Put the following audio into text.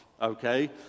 Okay